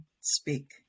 speak